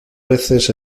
veces